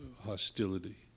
hostility